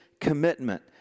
commitment